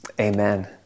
Amen